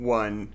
one